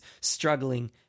struggling